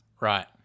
Right